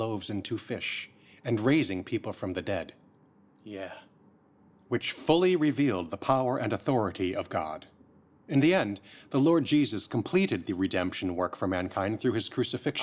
loaves and two fish and raising people from the dead yet which fully revealed the power and authority of god in the end the lord jesus completed the redemption work for mankind through his crucifix